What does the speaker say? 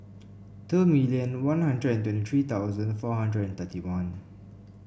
two million One Hundred and twenty three four hundred and thirty one